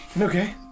Okay